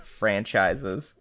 franchises